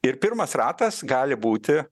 ir pirmas ratas gali būti